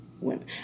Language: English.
women